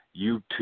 YouTube